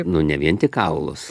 nu ne vien tik kaulus